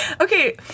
Okay